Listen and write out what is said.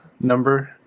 number